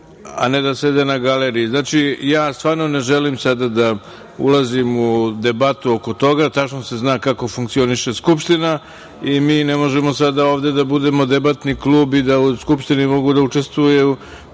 a ne da sede na Galeriji. Znači, ja stvarno ne želim sada da ulazim u debatu oko toga i tačno se zna kako funkcioniše Skupština i mi ne možemo sada ovde da budemo debatni klub i da u Skupštini mogu da učestvuju